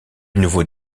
nouveau